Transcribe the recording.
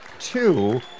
Two